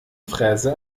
fräse